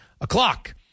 o'clock